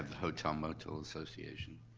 hotel motel association